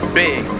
big